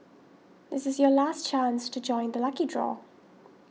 this is your last chance to join the lucky draw